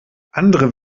andere